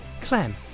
Clem